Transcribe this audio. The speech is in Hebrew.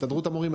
הסתדרות המורים,